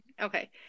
Okay